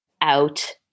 out